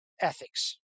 ethics